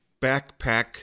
backpack